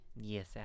Yes